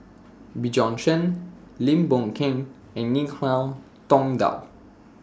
Bjorn Shen Lim Boon Keng and Tong Dow